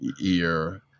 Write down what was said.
ear